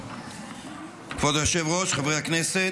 כבוד היושב-ראש, חברי הכנסת,